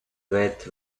wet